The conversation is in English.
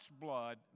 blood